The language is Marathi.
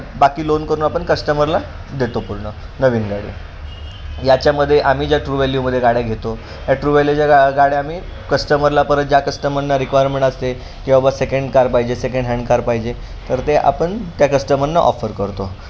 बाकी लोन करून आपण कस्टमरला देतो पूर्ण नवीन गाडी याच्यामध्ये आम्ही ज्या ट्रू वॅल्यूमदे गाड्या घेतो या ट्रू वॅल्यूच्या गा गाड्या आम्ही कस्टमरला परत ज्या कस्टमरना रिक्वायरमेंट असते की बाबा सेकंड कार पाहिजे सेकंड हँड कार पाहिजे तर ते आपण त्या कस्टमरना ऑफर करतो